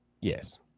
yes